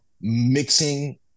mixing